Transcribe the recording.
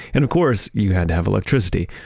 and of course, you had to have electricity,